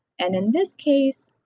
and in this case,